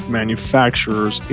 manufacturers